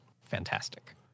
fantastic